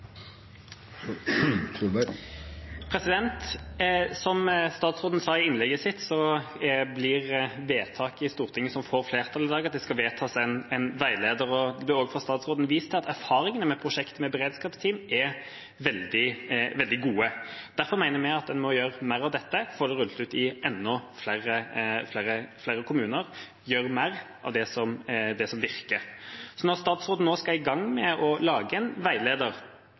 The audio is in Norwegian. Som statsråden sa i innlegget sitt, blir vedtaket i Stortinget i dag at det skal utarbeides en veileder. Det er også fra statsråden vist til at erfaringene med prosjektet med beredskapsteam er veldig gode. Derfor mener vi at en må gjøre mer av dette for å rulle det ut i enda flere kommuner, gjøre mer av det som virker. Så når statsråden nå skal i gang med å lage en veileder,